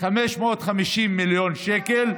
550 מיליון שקל,